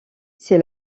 c’est